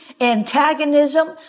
antagonism